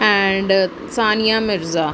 and Sania Mirza